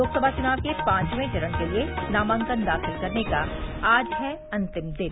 लोकसभा चुनाव के पांचवें चरण के लिये नामांकन दाखिल करने का आज है अंतिम दिन